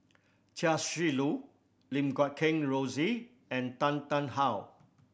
Chia Shi Lu Lim Guat Kheng Rosie and Tan Tarn How